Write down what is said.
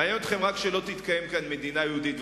מעניין אתכם רק שלא תתקיים כאן מדינה יהודית,